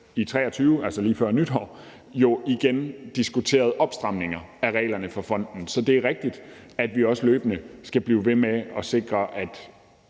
i 2023, altså lige før nytår, igen diskuteret opstramninger af reglerne for fonden. Så det er rigtigt, at vi også løbende skal blive ved med at sikre, at